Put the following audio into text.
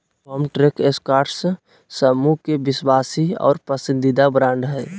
Farmtrac Escorts समूह के विश्वासी और पसंदीदा ब्रांड हइ